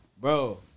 Bro